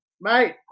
Mate